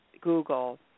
Google